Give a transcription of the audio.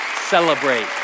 celebrate